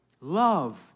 Love